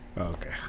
Okay